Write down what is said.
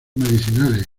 medicinales